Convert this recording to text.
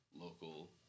local